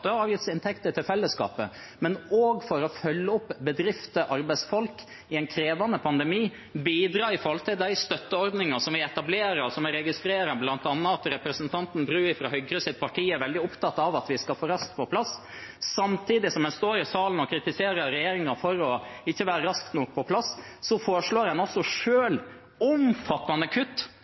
følge opp bedrifter og arbeidsfolk i en krevende pandemi og bidra i forbindelse med de støtteordningene vi etablerer, og som jeg registrerer at bl.a. representanten Bru fra Høyre er veldig opptatt av at vi skal få raskt på plass. Samtidig som en står i salen og kritiserer regjeringen for ikke å være raskt nok på plass, foreslår en altså selv omfattende kutt